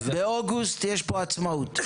באוגוסט יש פה עצמאות.